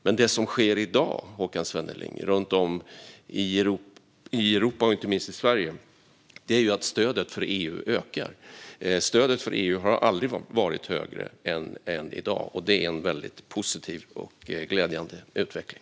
Men det som sker i dag, Håkan Svenneling, runt om i Europa och inte minst i Sverige är att stödet för EU ökar. Stödet för EU har aldrig varit större än i dag, och det är en positiv och glädjande utveckling.